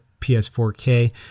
PS4K